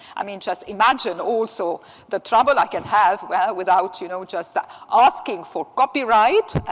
i mean, just imagine also the trouble i can have where without, you know, just ah asking for copyright,